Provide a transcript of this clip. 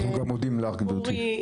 אנחנו גם מודים לך, גבירתי.